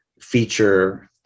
feature